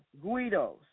Guidos